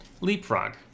Leapfrog